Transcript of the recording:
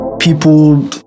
people